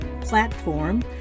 platform